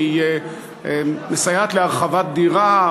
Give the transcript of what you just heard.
שמסייעת להרחבת דירה.